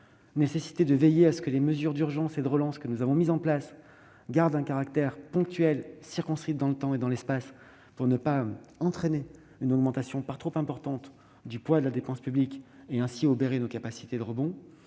publiques ; veiller à ce que les mesures d'urgence et de relance que nous avons mises en place gardent un caractère ponctuel, circonscrit dans le temps et dans l'espace pour ne pas entraîner une augmentation trop importante du poids de la dépense publique et obérer ainsi nos capacités de rebond